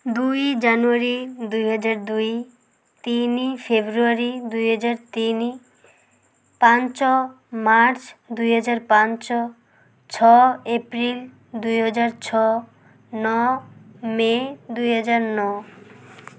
ଦୁଇ ଜାନୁଆରୀ ଦୁଇହଜାର ଦୁଇ ତିନି ଫେବୃଆରୀ ଦୁଇହଜାର ତିନି ପାଞ୍ଚ ମାର୍ଚ୍ଚ ଦୁଇହଜାର ପାଞ୍ଚ ଛଅ ଏପ୍ରିଲ ଦୁଇହଜାର ଛଅ ନଅ ମେ ଦୁଇହଜାର ନଅ